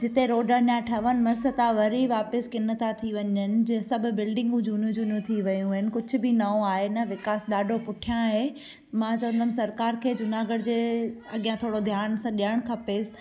जिते रोड ना ठहनि मसि तव्हां वरी वापसि किन था थी वञनि जो सभु बिल्डिंगूं झूनो झूनो थी वियूं आहिनि कुझ बि नओ आहे न विकासु ॾाढो पुठियां आहे मां चवंदुमि सरकार खे झूनागढ़ जे अॻियां थोरो ध्यान सां ॾियणु खपेसि